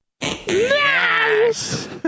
yes